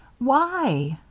why?